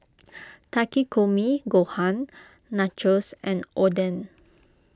Takikomi Gohan Nachos and Oden